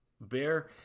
bear